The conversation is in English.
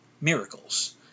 miracles